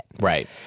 Right